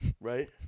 right